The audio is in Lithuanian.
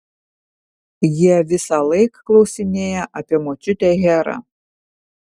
jie visąlaik klausinėja apie močiutę herą